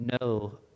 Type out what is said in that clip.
no